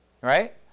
Right